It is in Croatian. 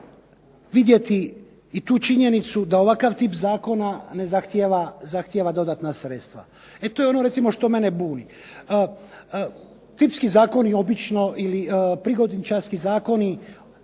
vidjeti i tu činjenicu da ovakav tip Zakona ne zahtjeva dodatna sredstva. E to je ono što mene buni. Tipski zakoni obično ili prigodničarski zakoni